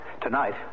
Tonight